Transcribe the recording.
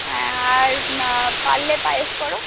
হ্যাঁ আর পারলে পায়েস কর